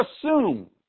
assume